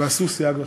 ועשו סייג לתורה.